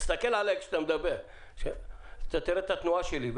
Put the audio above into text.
תסתכל עליי כשאתה מדבר, אתה תראה את התנועה שלי.